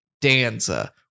Danza